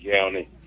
County